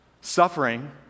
suffering